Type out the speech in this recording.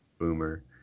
boomer